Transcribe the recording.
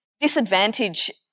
disadvantage